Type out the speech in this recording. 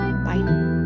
Bye